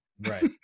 Right